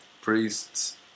priests